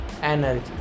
energy